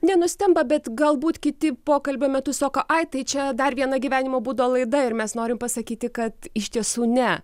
nenustemba bet galbūt kiti pokalbio metu sako ai tai čia dar viena gyvenimo būdo laida ir mes norim pasakyti kad iš tiesų ne